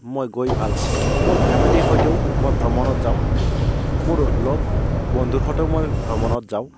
মই গৈ ভালপাওঁ মোৰ ফেমিলিৰ সৈতেও মই ভ্ৰমণত যাওঁ মোৰ লগ বন্ধুৰ সৈতেও মই ভ্ৰমণত যাওঁ